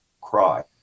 cry